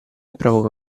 provoca